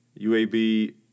UAB